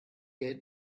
gate